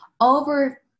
over